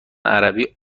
عربی